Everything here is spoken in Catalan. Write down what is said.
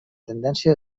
tendència